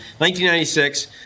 1996